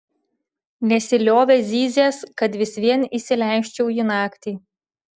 nesiliovė zyzęs kad vis vien įsileisčiau jį naktį